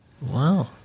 wow